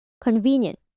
convenient